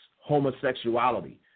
homosexuality